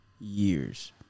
years